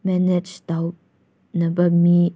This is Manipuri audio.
ꯃꯦꯅꯦꯖ ꯇꯧꯅꯕ ꯃꯤ